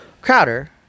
Crowder